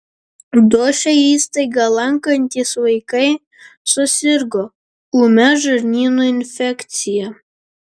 du šią įstaigą lankantys vaikai susirgo ūmia žarnyno infekcija